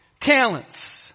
talents